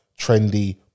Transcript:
trendy